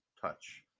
touch